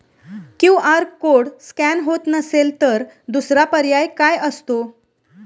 QR code scan होत नसेल तर दुसरा पर्याय काय असतो?